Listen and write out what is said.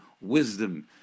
wisdom